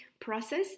process